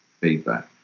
feedback